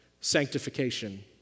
sanctification